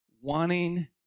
wanting